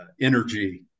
energy